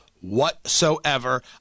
whatsoever